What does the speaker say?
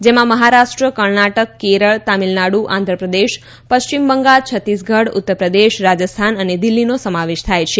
જેમાં મહારાષ્ટ્ર કર્ણાટક કેરળ તામિલનાડુ આંધ્રપ્રદેશ પશ્ચિમ બંગાળ છત્તીસગઢ ઉત્તરપ્રદેશ રાજસ્થાન અને દિલ્હી રાજ્યનો સમાવેશ થાય છે